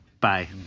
Bye